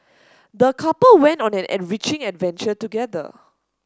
the couple went on an enriching adventure together